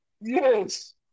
Yes